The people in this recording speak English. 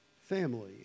family